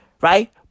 Right